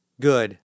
Good